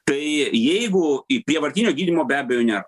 tai jeigu į prievartinio gydymo be abejo nėra